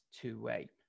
two-way